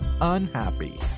UNHAPPY